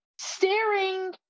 Staring